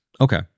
Okay